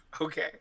Okay